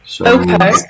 Okay